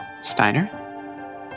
Steiner